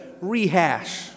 rehash